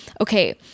okay